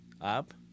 up